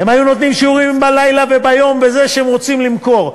הם היו נותנים שירותים בלילה וביום כי הם רוצים למכור.